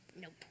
Nope